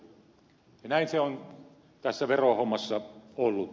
näin se on tässä verohommassa ollut